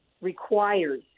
requires